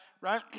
right